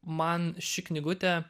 man ši knygutė